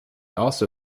also